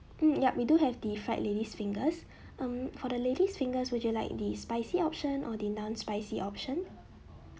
mm yup we do have the fried ladies fingers um for the ladies fingers would you like the spicy option or non spicy option